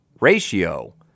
ratio